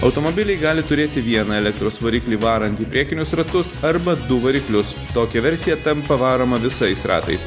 automobiliai gali turėti vieną elektros variklį varantį priekinius ratus arba du variklius tokia versija tampa varoma visais ratais